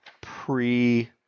pre